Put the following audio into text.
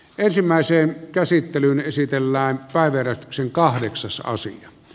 ensimmäiseen käsittelyyn esitellään kaiverretxen esitystä